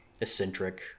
eccentric